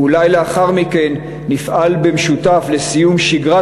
ואולי לאחר מכן נפעל במשותף לסיום שגרת